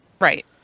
Right